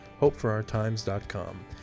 HopeForOurTimes.com